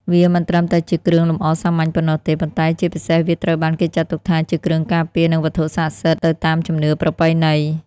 វាមិនត្រឹមតែជាគ្រឿងលម្អសាមញ្ញប៉ុណ្ណោះទេ ប៉ុន្តែជាពិសេសវាត្រូវបានគេចាត់ទុកថាជាគ្រឿងការពារ និងវត្ថុស័ក្តិសិទ្ធិទៅតាមជំនឿប្រពៃណី។